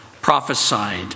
prophesied